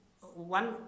One